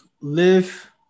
live